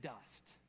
dust